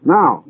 Now